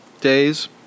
days